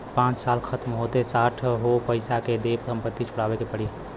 पाँच साल खतम होते साठ तो पइसा दे के संपत्ति छुड़ावे के पड़ी